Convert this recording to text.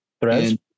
Threads